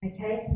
Okay